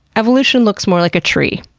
evolution looks more like a tree,